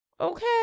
Okay